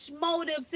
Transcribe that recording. motives